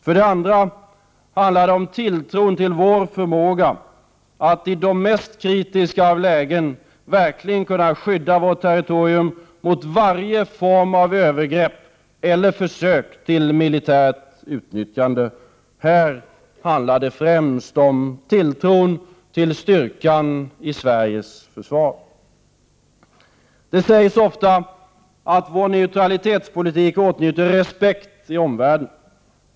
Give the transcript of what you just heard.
För det andra handlar det om tilltron till vår förmåga att i de mest kritiska lägen verkligen skydda vårt territorium mot varje form av övergrepp eller försök till militärt utnyttjande. Här handlar det främst om tilltron till styrkan i Sveriges försvar. Det sägs ofta att vår neutralitetspolitik åtnjuter respekt i omvärlden.